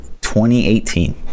2018